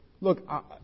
look